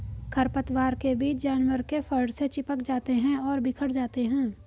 खरपतवार के बीज जानवर के फर से चिपक जाते हैं और बिखर जाते हैं